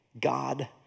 God